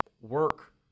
Work